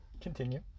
Continue